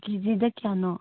ꯀꯦꯖꯤꯗ ꯀꯌꯥꯅꯣ